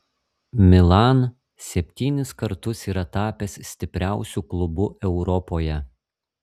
milan septynis kartus yra tapęs stipriausiu klubu europoje